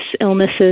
illnesses